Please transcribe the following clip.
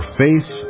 faith